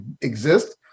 exist